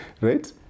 Right